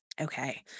Okay